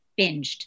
Binged